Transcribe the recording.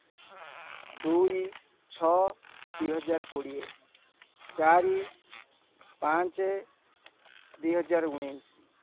ଦୁଇ ଛଅ ଦୁଇ ହଜାର କୋଡ଼ିଏ ଚାରି ପାଞ୍ଚ ଦୁଇ ହଜାର ଉଣେଇଶ